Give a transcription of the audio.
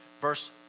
verse